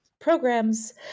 programs